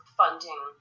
funding